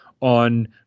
on